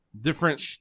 different